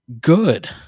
good